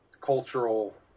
cultural